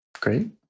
Great